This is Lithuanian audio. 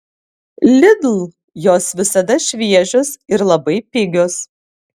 lidl jos visada šviežios ir labai pigios